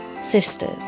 sisters